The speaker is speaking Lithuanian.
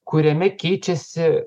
kuriame keičiasi